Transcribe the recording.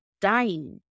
dying